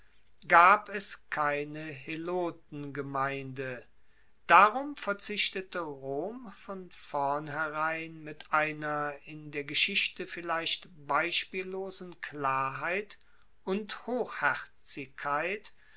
gab es keine helotengemeinde darum verzichtete rom von vornherein mit einer in der geschichte vielleicht beispiellosen klarheit und